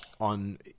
on